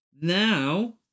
Now